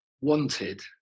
wanted